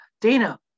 Dana